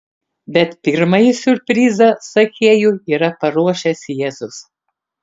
bet pirmąjį siurprizą zachiejui yra paruošęs jėzus